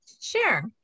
Sure